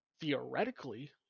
theoretically